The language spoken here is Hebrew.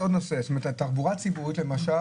עוד נושא: התחבורה הציבורית למשל,